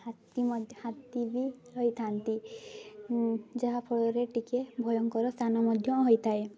ହାତୀ ମଧ୍ୟ ହାତୀ ବି ରହିଥାନ୍ତି ଯାହାଫଳରେ ଟିକେ ଭୟଙ୍କର ସ୍ଥାନ ମଧ୍ୟ ହୋଇଥାଏ